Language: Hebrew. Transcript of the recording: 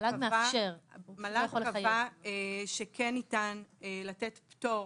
מל"ג קבע שכן ניתן לתת פטור